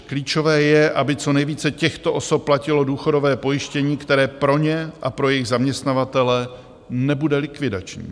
Klíčové je, aby co nejvíce těchto osob platilo důchodové pojištění, které pro ně a pro jejich zaměstnavatele nebude likvidační.